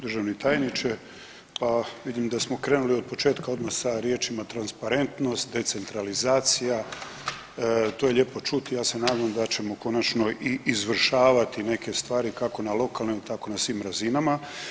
Državni tajniče, pa vidim da smo krenuli otpočetka odnosno sa riječima „transparentnost“, „decentralizacija“, to je lijepo čuti, ja se nadam da ćemo konačno i izvršavati neke stvari kako na lokalnoj tako i na svim razinama.